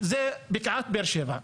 זה בקעת באר שבע.